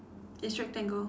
is rectangle